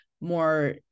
more